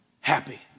happy